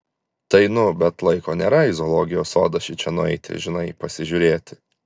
tai nu bet laiko nėra į zoologijos sodą šičia nueiti žinai pasižiūrėti